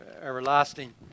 everlasting